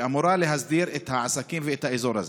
שאמורה להסדיר את העסקים ואת האזור הזה.